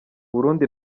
burundi